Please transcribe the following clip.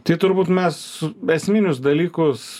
tai turbūt mes esminius dalykus